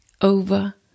over